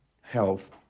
health